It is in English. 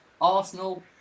Arsenal